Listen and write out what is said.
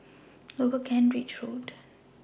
Lower Kent Ridge Road